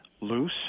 loose